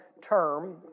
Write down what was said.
term